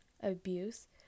abuse